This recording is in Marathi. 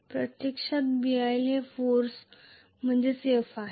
प्रत्यक्षात Bil हे फोर्स आहे